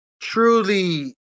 truly